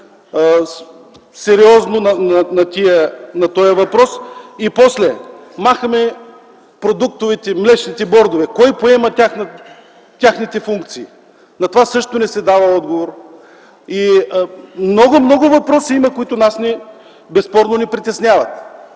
се отговори. После, махаме продуктовите, млечните бордове. Кой поема техните функции? На това също не се дава отговор. Има много, много въпроси, които нас безспорно ни притесняват.